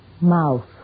Mouth